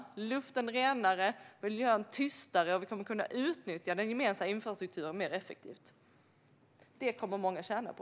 Det kommer att göra luften renare och miljön tystare. Vi kommer att kunna utnyttja den gemensamma infrastrukturen mer effektivt. Det kommer många att tjäna på.